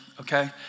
Okay